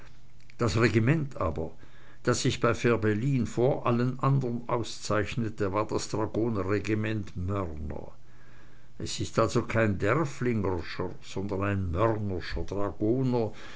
das regiment aber das sich bei fehrbellin vor allen andern auszeichnete war das dragonerregiment mörner es ist also kein derfflingerscher sondern ein